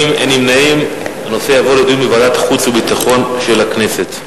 לדיון בוועדת החוץ והביטחון של הכנסת.